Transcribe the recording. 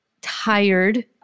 tired